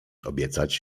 obiecać